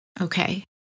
okay